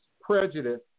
prejudice